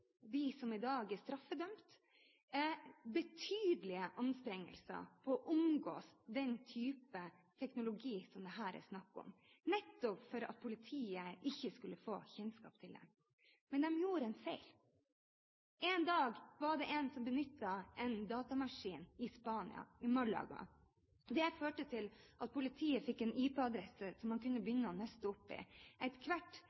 de som i dag er straffedømt, betydelige anstrengelser for å omgå den type teknologi som det her er snakk om, nettopp for at politiet ikke skulle få kjennskap til dem. Men de gjorde en feil. En dag var det en som benyttet en datamaskin i Malaga i Spania. Det førte til at politiet fikk en IP-adresse som man kunne